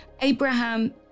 Abraham